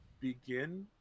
begin